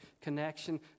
connection